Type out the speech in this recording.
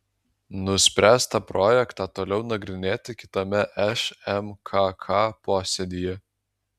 nuspręsta projektą toliau nagrinėti kitame šmkk posėdyje